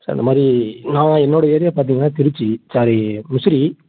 sir இந்த மாதிரி நான் என்னோடய ஏரியா பார்த்தீங்கன்னா திருச்சி சாரி முசிறி